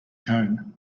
cone